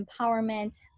empowerment